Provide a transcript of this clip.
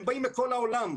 הם באים מכל העולם.